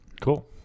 Cool